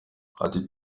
ati